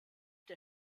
der